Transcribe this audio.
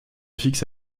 fixe